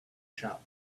shop